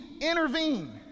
intervene